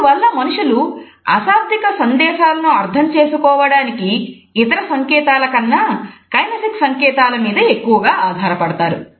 ఇందువల్ల మనుషులు అశాబ్దిక సందేశాలను అర్థం చేసుకోవడానికి ఇతర సంకేతాల కన్నా కైనేసిక్స్ సంకేతాల మీద ఎక్కువగా ఆధారపడతారు